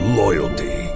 loyalty